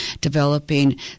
developing